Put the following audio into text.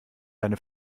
deine